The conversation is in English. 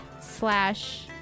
slash